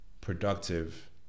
productive